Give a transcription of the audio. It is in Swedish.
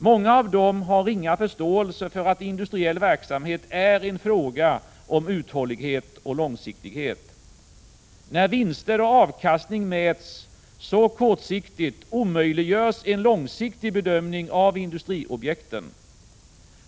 Många av dem har ringa förståelse för att industriell verksamhet är en fråga om uthållighet och långsiktighet. När vinster och avkastning mäts så kortsiktigt, omöjliggörs en långsiktig bedömning av investeringsobjekten.